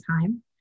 time